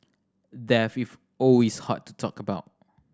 death is always hard to talk about